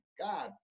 God